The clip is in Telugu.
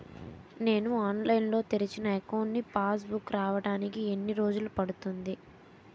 నేను ఆన్లైన్ లో తెరిచిన అకౌంట్ కి పాస్ బుక్ రావడానికి ఎన్ని రోజులు పడుతుంది?